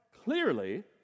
clearly